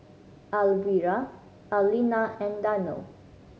Alvira Allena and Darnell